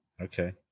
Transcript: Okay